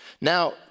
Now